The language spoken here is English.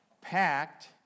packed